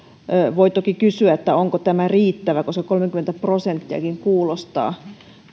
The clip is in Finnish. voi toki kysyä onko tämä riittävä koska kolmenkymmenen prosenttiakin kuulostaa